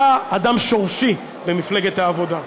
אתה אדם שורשי במפלגת העבודה,